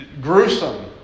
gruesome